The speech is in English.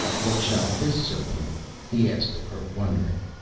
what shall this serve me he asked of her, wondering.